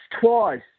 twice